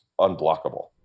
unblockable